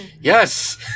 Yes